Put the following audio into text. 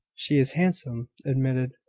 she is handsome, admitted